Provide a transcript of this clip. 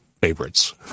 favorites